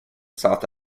south